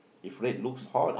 if red looks hot